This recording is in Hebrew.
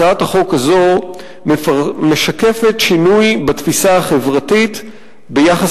הצעת החוק הזאת משקפת שינוי בתפיסה החברתית ביחס